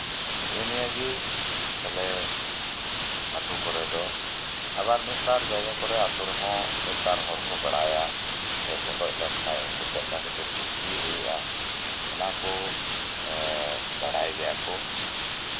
ᱱᱮᱜᱼᱮ ᱱᱤᱭᱟᱹ ᱜᱮ ᱵᱚᱞᱮ ᱟᱹᱛᱩ ᱠᱚᱨᱮ ᱫᱚ ᱟᱵᱟᱨ ᱢᱤᱫᱵᱟᱨ ᱡᱟᱭᱜᱟ ᱠᱚᱨᱮ ᱟᱹᱛᱩ ᱨᱮᱦᱚᱸ ᱢᱤᱫ ᱵᱟᱨ ᱦᱚᱲ ᱠᱚ ᱵᱟᱲᱟᱭᱟ ᱯᱚᱴᱚᱡ ᱞᱮᱱᱠᱷᱟᱱ ᱩᱱᱠᱩ ᱪᱮᱫ ᱞᱮᱠᱟ ᱠᱟᱛᱮᱫ ᱥᱚᱡᱷᱮ ᱦᱩᱭᱩᱜᱼᱟ ᱚᱱᱟ ᱠᱚ ᱵᱟᱲᱟᱭ ᱜᱮᱭᱟ ᱠᱚ